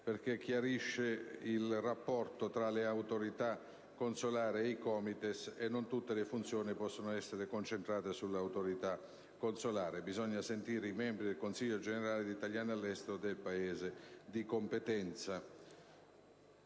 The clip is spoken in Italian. che chiarisce il rapporto tra le autorità consolari e i COMITES, giacché non tutte le funzioni possono essere concentrate sulle autorità consolari. Occorre sentire i membri del Consiglio generale degli italiani all'estero del Paese di competenza.